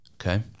Okay